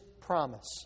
promise